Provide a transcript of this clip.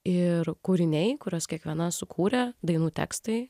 ir kūriniai kurias kiekviena sukūrė dainų tekstai